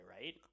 right